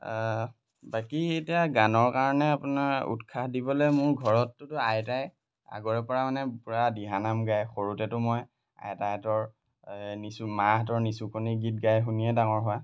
বাকী এতিয়া গানৰ কাৰণে আপোনাৰ উৎসাহ দিবলৈ মোৰ ঘৰতটোতো আইতাই আগৰে পৰা মানে পূৰা দিহানাম গায় সৰুতেতো মই আইতাহঁতৰ নিচু মাহঁতৰ নিচুকনি গীত গাই শুনিয়ে ডাঙৰ হোৱা